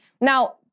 Now